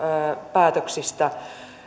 päätöksistä